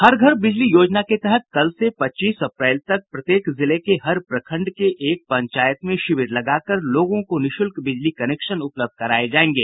हर घर बिजली योजना के तहत कल से पच्चीस अप्रैल तक प्रत्येक जिले के हर प्रखण्ड के एक पंचायत में शिविर लगाकर लोगों को निःशुल्क बिजली कनेक्शन उपलब्ध कराये जायेंगे